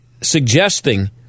suggesting